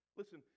listen